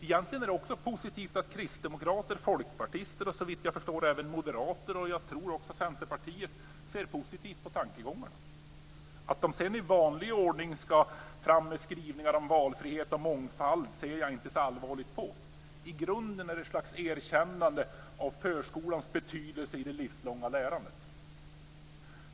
Det är också positivt att kristdemokrater, folkpartister och, såvitt jag förstår, även moderater och jag tror även centerpartister, ser positivt på tankegångarna. Att de sedan i vanlig ordning ska ha skrivningar om valfrihet och mångfald ser jag inte så allvarligt på. I grunden är det ett slag erkännande av förskolans betydelse för det livslånga lärandet.